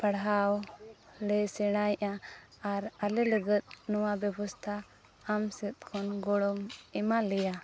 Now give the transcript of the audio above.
ᱯᱟᱲᱦᱟᱣ ᱞᱮ ᱥᱮᱬᱟᱭᱮᱜᱼᱟ ᱟᱨ ᱟᱞᱮ ᱞᱟᱹᱜᱤᱫ ᱱᱚᱣᱟ ᱵᱮᱵᱚᱥᱛᱷᱟ ᱟᱢ ᱥᱮᱫ ᱠᱷᱚᱱ ᱜᱚᱲᱚᱢ ᱮᱢᱟ ᱞᱮᱭᱟ